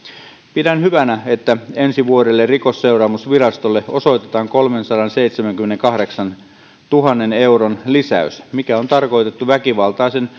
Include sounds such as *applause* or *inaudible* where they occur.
pidän hyvänä että ensi vuodelle rikosseuraamuslaitokselle osoitetaan kolmensadanseitsemänkymmenenkahdeksantuhannen euron lisäys joka on tarkoitettu väkivaltaisen *unintelligible*